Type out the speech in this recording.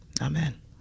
Amen